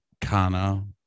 Kana